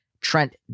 Trent